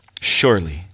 Surely